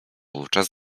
wówczas